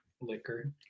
Liquor